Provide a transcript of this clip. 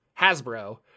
hasbro